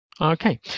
Okay